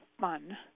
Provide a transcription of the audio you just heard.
fun